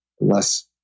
less